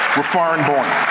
were foreign born.